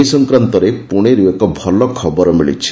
ଏ ସଂକ୍ରାନ୍ତରେ ପୁଣେରୁ ଏକ ଭଲ ଖବର ମିଳିଛି